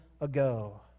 ago